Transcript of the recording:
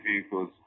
vehicles